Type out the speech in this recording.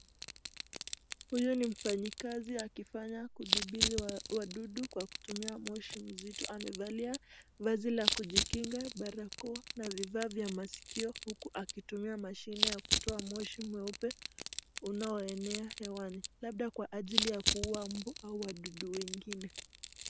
Huyu ni mfanyikazi akifanya kudhibiti wadudu kwa kutumia moshi mzito. Amevalia vazi la kujikinga barakoa na vifaa vya maskio huku akitumia mashine ya kutoa moshi mweupe, unao enea hewani. Labda kwa ajili ya kuua mbu au wadudu wengine.